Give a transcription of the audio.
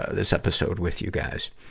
ah this episode with you guys.